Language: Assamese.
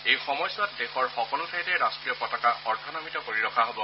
এই সময়ছোৱাত দেশৰ সকলো ঠাইতে ৰাষ্ট্ৰীয় পতাকা অৰ্ধনমিত কৰি ৰখা হ'ব